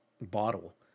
bottle